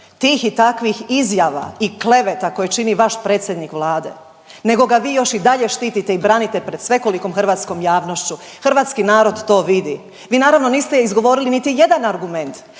tih i takvih izjava i kleveta koje čini vaš predsjednik Vlade nego ga vi još i dalje štitite i branite pred svekolikom hrvatskom javnošću, hrvatski narod to vidi. Vi naravno niste izgovorili niti jedan argument,